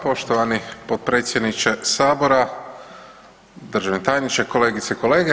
Poštovani potpredsjedniče Sabora, državni tajniče, kolegice i kolege.